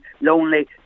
lonely